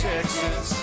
Texas